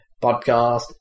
Podcast